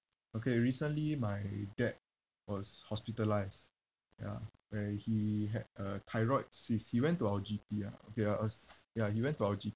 okay recently my dad was hospitalised ya where he had a thyroid cyst he went to our G_P ah okay I was ya he went to our G_P